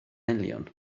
miliwn